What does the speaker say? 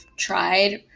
tried